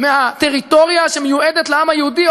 מהטריטוריה שמיועדת לעם היהודי,